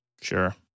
Sure